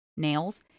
nails